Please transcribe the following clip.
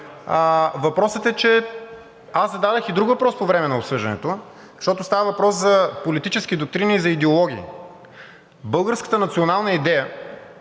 подготовка. Аз зададох и друг въпрос по време на обсъждането, защото става въпрос за политически доктрини и за идеологии. Българската национална идея